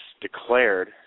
declared